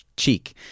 Cheek